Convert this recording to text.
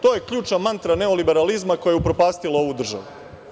To je ključna mantra neoliberalizma koja je upropastila ovu državu.